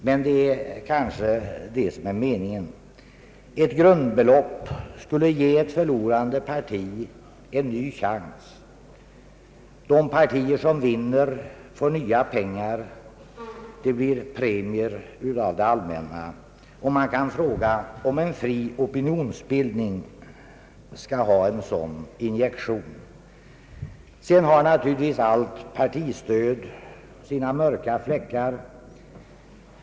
Men det är kanske detta som är meningen. Ett grundbelopp skulle ge ett parti en ny chans. De partier som vinner i ett val får nya pengar, premier av det allmänna! Man kan fråga sig om en fri opinionsbildning skall ha en sådan injektion. Allt slags partistöd har naturligtvis sina mörka fläckar.